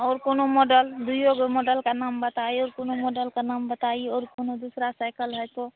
और कोई मॉडल दो भी मॉडल का नाम बताइए और कोई मॉडल का नाम बताइए और कोई दूसरी साइकिल है तो